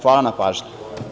Hvala na pažnji.